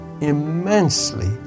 immensely